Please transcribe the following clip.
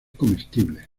comestible